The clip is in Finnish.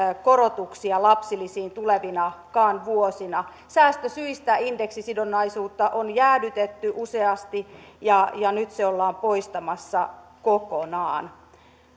korotuksia lapsilisiin tulevinakaan vuosina säästösyistä indeksisidonnaisuutta on jäädytetty useasti ja ja nyt se ollaan poistamassa kokonaan